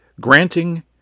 granting